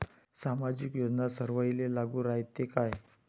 सामाजिक योजना सर्वाईले लागू रायते काय?